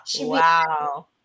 Wow